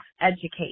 educate